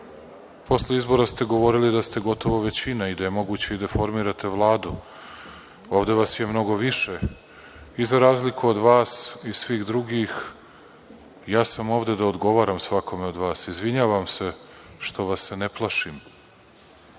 Posle izbora ste govorili da ste gotovo većina i da je moguće i da formirate Vladu. Ovde vas je mnogo više. I za razliku od vas i svih drugih, ja sam ovde da odgovaram svakome od vas. Izvinjavam se što vas se ne plašim,